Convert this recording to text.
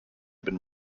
been